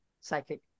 psychic